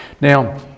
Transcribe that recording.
Now